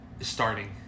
starting